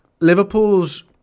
Liverpool's